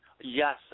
Yes